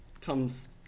comes